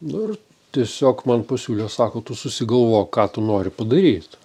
nu ir tiesiog man pasiūlė sako tu susigalvok ką tu nori padaryt